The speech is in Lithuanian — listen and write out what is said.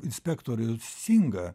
inspektorių singą